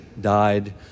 died